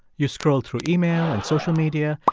you scroll through email and social media,